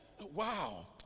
Wow